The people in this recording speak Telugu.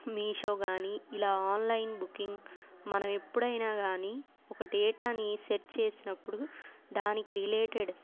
మీషో కానీ ఇలా ఆన్లైన్ బుకింగ్ మనం ఎప్పుడైనా కానీ ఒక డేటాని సెర్చ్ చేసినప్పుడు దానికి రిలేటెడ్